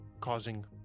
causing